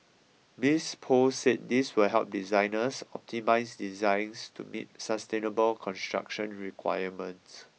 Miss Poh said this will help designers optimise designs to meet sustainable construction requirements